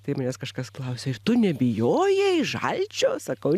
tai manęs kažkas klausia ir tu nebijojai žalčio sakau